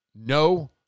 no